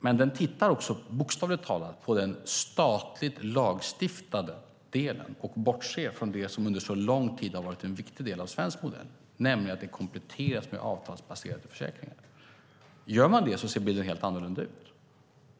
Men rapporten tittar också bokstavligt talat på den statligt lagstiftade delen och bortser från det som under så lång tid har varit en viktig del av den svenska modellen, nämligen att den kompletteras med avtalsbaserade försäkringar. Gör man så ser bilden helt annorlunda ut.